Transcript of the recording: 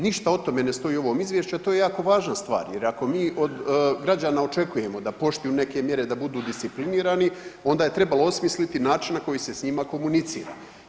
Ništa o tome ne stoji u ovome izvješću, a to je jako važna stvar jer ako mi od građana očekujemo da poštuju neke mjere, da budu disciplinirani onda je trebalo osmisliti način na koji se s njima komunicira.